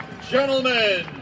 Gentlemen